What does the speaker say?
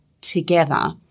together